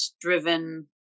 driven